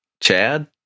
Chad